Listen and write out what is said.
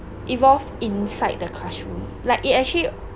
evolve inside the classroom like it actually